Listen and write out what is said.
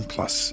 Plus